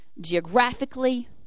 geographically